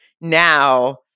now